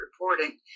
reporting